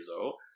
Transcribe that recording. old